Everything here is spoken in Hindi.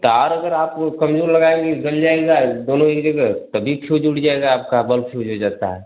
तार अगर आप कमजोर लगाएँगे गल जाएगा दोनों ही जगह तब भी फ्यूज उड़ जाएगा आपका बल्ब फ्यूज हो जाता है